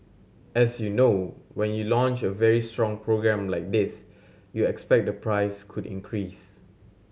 as you know when you launch a very strong program like this you expect the price could increase